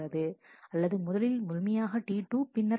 அல்லது முதலில் முழுமையான T2 பின்னர் T1